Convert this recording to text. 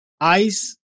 ice